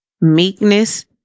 meekness